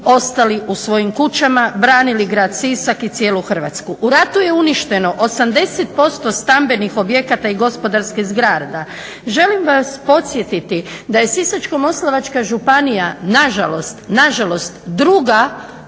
ostali u svojim kućama, branili Grad Sisak i cijelu Hrvatsku. U ratu je uništeno 80% stambenih objekata i gospodarskih zgrada. Želim vas posjetiti da je Sisačko-moslavačka županija nažalost druga